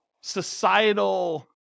societal